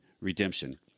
redemption